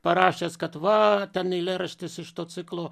parašęs kad va ten eilėraštis iš to ciklo